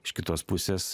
iš kitos pusės